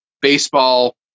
baseball